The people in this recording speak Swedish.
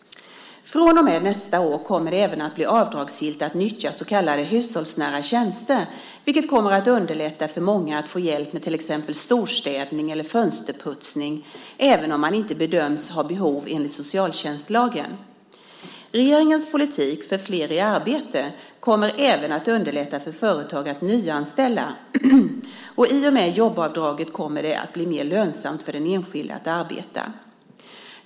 Från och med nästa år kommer det även att vara avdragsgillt att nyttja så kallade hushållsnära tjänster, vilket kommer att underlätta för många att få hjälp med till exempel storstädning eller fönsterputsning även om man inte bedöms ha behov enligt socialtjänstlagen. Regeringens politik för flera i arbete kommer även att underlätta för företag att nyanställa, och i och med jobbavdraget kommer det att bli mer lönsamt för den enskilde att arbeta.